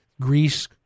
Greece